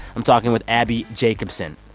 i'm talking with abbi jacobson.